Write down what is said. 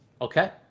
Okay